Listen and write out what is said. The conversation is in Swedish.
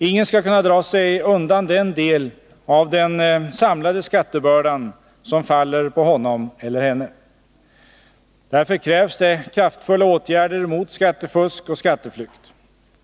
Ingen skall kunna dra sig undan den del av den samlade skattebördan, som faller på honom eller henne. Därför krävs det kraftfulla åtgärder mot skattefusk och skatteflykt.